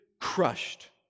crushed